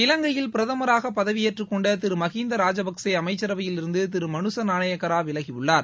இலங்கையில் பிரதமராக பதவியேற்றுக்கொண்ட திரு மஹிந்த ராஜேபக்ச அமைச்சரவையில் இருந்து திரு மனுச நானயக்கரா விலகியுள்ளார்